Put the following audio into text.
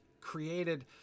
created